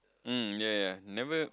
um ya ya ya never